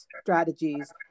strategies